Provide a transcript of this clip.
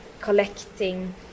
collecting